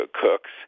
cooks